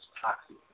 toxic